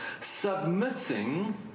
submitting